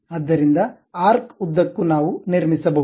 ಆದ್ದರಿಂದ ಆರ್ಕ್ ಉದ್ದಕ್ಕೂ ನಾವು ನಿರ್ಮಿಸಬಹುದು